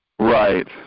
Right